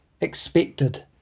expected